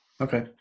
okay